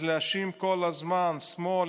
אז להאשים כל הזמן: שמאל,